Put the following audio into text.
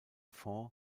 fonds